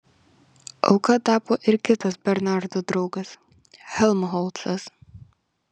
auka tapo ir kitas bernardo draugas helmholcas